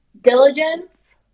Diligence